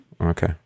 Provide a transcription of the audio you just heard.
Okay